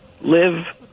live